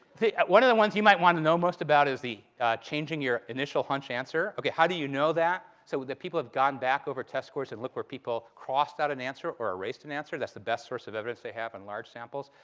one of the ones you might want to know most about is the changing your initial hunch answer. how do you know that? so the people have gone back over test scores and looked where people crossed out an answer or erased an answer. that's the best source of evidence they have in large samples.